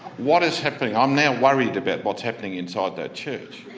what is happening i'm now worried about what's happening inside that church.